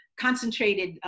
concentrated